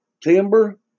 timber